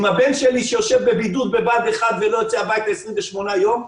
מן הבן שלי שיושב בבידוד בבה"ד 1 ולא יוצא הביתה 28 ימים,